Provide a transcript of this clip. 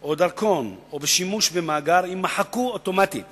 או דרכון, או בשימוש במאגר, יימחקו אוטומטית